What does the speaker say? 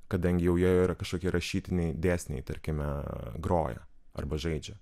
kadangi jau joje yra kažkokie rašytiniai dėsniai tarkime groja arba žaidžia